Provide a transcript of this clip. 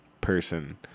person